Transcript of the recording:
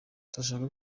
turashaka